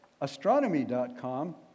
astronomy.com